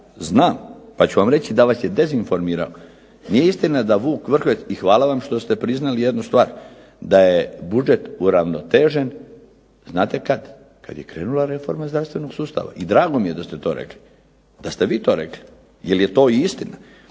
znam pa ću vam reći da vas je dezinformirao. Nije istina da "Vuk Vrhovec" i hvala vam što ste priznali jednu stvar, da je budžet uravnotežen znate kad, kad je krenula reforma zdravstvenog sustava i drago mi je da ste to rekli, da ste vi to rekli jer je to i istina.